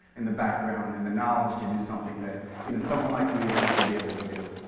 and the background, and the knowledge to do something that even someone like me is not going to be able to do.